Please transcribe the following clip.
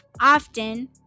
often